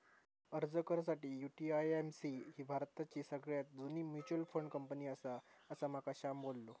अर्ज कर साठी, यु.टी.आय.ए.एम.सी ही भारताची सगळ्यात जुनी मच्युअल फंड कंपनी आसा, असा माका श्याम बोललो